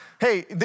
Hey